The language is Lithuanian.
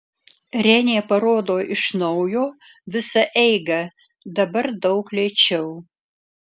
renė parodo iš naujo visą eigą dabar daug lėčiau